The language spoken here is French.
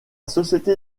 société